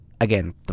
Again